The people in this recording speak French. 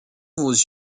vos